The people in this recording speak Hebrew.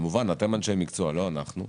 אתם אנשי מקצוע, לא אנחנו,